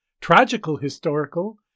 tragical-historical